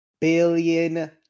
billion